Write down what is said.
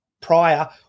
prior